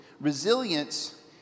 resilience